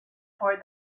toward